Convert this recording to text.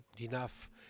enough